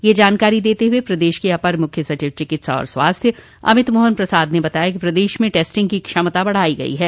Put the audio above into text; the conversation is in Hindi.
यह जानकारी देते हुए प्रदेश के अपर मुख्य सचिव चिकित्सा एवं स्वास्थ्य अमित मोहन प्रसाद ने बताया कि प्रदेश में टेस्टिंग की क्षमता बढ़ाई गई है